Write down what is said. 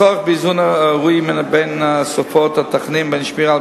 הצורך באיזון הראוי בין הוספת התכנים ובין שמירה על